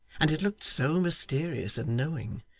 and it looked so mysterious and knowing,